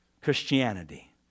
Christianity